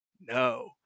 No